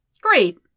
Great